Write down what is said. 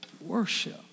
worship